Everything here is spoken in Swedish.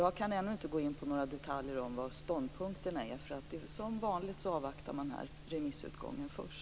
Jag kan inte nu gå in på några detaljer om vilka ståndpunkterna är. Som vanligt avvaktar vi remissutgången först.